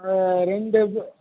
ரெண்டு